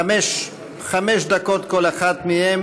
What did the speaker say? חמש דקות כל אחד מהם